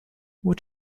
what